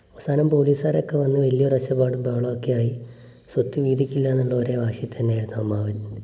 അവസാനം പോലീസുകാരൊക്കെ വന്ന് വലിയൊരു ഒച്ചപ്പാടും ബഹളം ഒക്കെ ആയി സ്വത്ത് വീതിക്കില്ല എന്ന ഒരേ വാശിയിൽ തന്നെയായിരുന്നു അമ്മാവൻ